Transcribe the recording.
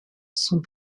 sont